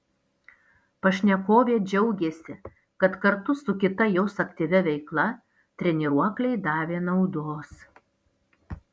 pašnekovė džiaugėsi kad kartu su kita jos aktyvia veikla treniruokliai davė naudos